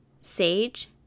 sage